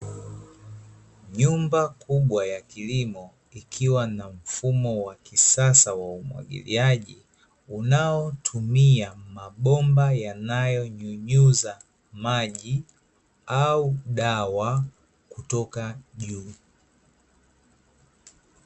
Nyumba kubwa ya kilimo ikiwa na mfumo wa kisasa wa umwagiliaji, unaotumia mabomba yanayonyunyuza maji au dawa kutoka juu.